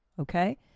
okay